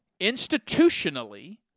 institutionally